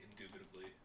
indubitably